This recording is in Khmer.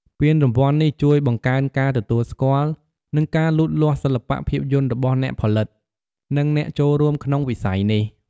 ពានរង្វាន់នេះជួយបង្កើនការទទួលស្គាល់ និងការលូតលាស់សិល្បៈភាពយន្តរបស់អ្នកផលិត និងអ្នកចូលរួមក្នុងវិស័យនេះ។